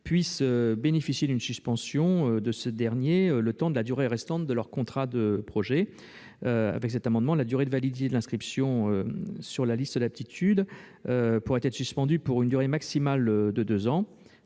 de bénéficier d'une suspension de cette inscription le temps de la durée restante de son contrat de projet. Avec cet amendement, la durée de validité de l'inscription sur une liste d'aptitude pourrait être suspendue pour une durée maximale de deux ans.